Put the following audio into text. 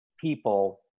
people